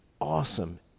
awesome